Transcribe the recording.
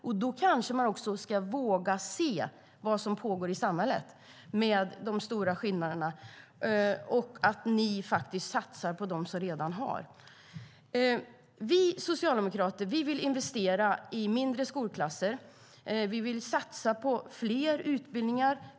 Och då kanske man också ska våga se vad som pågår i samhället med de stora skillnaderna och att ni faktiskt satsar på dem som redan har. Vi socialdemokrater vill investera i mindre skolklasser. Vi vill satsa på fler utbildningar.